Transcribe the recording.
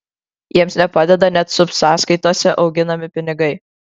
jiems nepadeda net subsąskaitose auginami pinigai